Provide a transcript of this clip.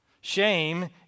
Shame